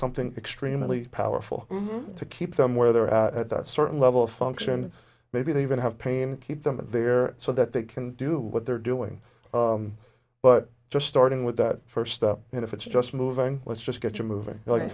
something extremely powerful to keep them where they are at that certain level of function maybe they even have pain keep them there so that they can do what they're doing but just starting with that first step and if it's just moving let's just get you moving l